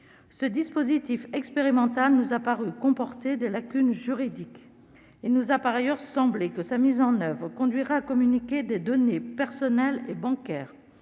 Ce dispositif expérimental nous a paru comporter des lacunes juridiques. Il nous par ailleurs semblé que sa mise en oeuvre conduirait à communiquer à ces acteurs des données personnelles et bancaires,